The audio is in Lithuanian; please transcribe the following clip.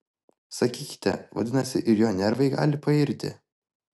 sakykite vadinasi ir jo nervai gali pairti